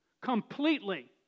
completely